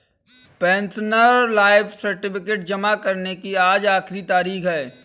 pensioner life certificate जमा करने की आज आखिरी तारीख है